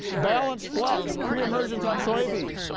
balance flex pre emergence on soybeans.